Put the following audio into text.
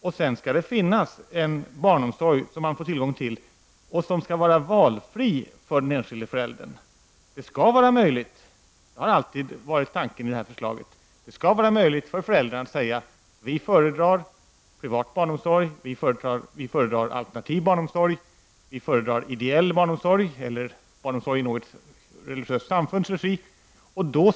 och att det skall finnas tillgång till en barnomsorg som skall vara valfri för den enskilde föräldern. Tanken i detta förslag har hela tiden varit att det skall vara möjligt för föräldrarna att säga: Vi föredrar privat barnomsorg, alternativ barnomsorg, ideell barnomsorg eller barnomsorg i något religiöst samfunds regi.